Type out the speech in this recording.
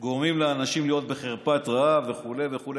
גורמים לאנשים להיות בחרפת רעב וכו' וכו'.